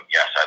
Yes